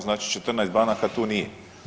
Znači 14 banaka tu nije.